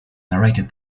narrated